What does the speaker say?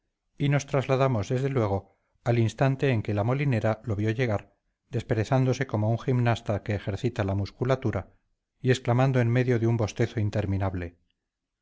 y nos trasladamos desde luego al instante en que la molinera lo vio llegar desperezándose como un gimnasta que ejercita la musculatura y exclamando en medio de un bostezo interminable